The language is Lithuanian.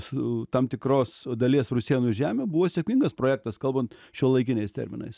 su tam tikros dalies rusėnų žemių buvo sėkmingas projektas kalbant šiuolaikiniais terminais